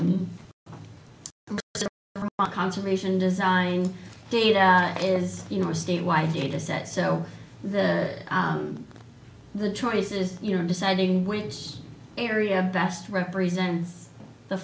the conservation design data is you know a state wide data set so the the choice is you know deciding which area best represents the